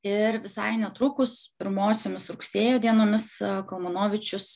ir visai netrukus pirmosiomis rugsėjo dienomis kalmanovičius